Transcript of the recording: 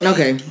Okay